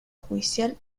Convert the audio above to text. judicial